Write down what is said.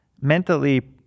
mentally